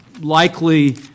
likely